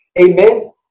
Amen